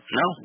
no